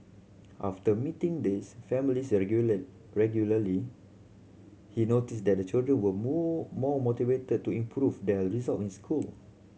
after meeting these families regular regularly he noticed that the children were more motivated to improve their result in school